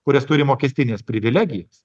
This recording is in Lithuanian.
kurias turi mokestines privilegijas